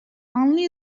only